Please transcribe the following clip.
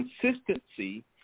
consistency